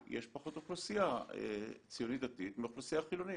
יש פחות אוכלוסייה ציונית-דתית מאוכלוסייה חילונית.